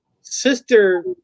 sister